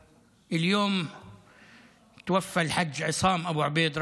היום נפטר החאג' עיסאם אבו עביד,